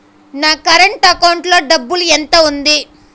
నా current account లో డబ్బులు ఎంత ఉంది?